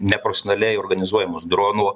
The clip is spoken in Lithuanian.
neprofesionaliai organizuojamus dronų